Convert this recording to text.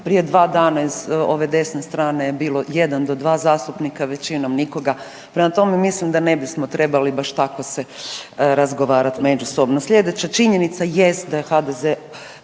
prije 2 dana iz ove desne strane je bilo jedan do dva zastupnika, većinom nikoga, prema tome, mislim da ne bismo trebali baš tako se razgovarati međusobno. Sljedeće, činjenica jest da je HDZ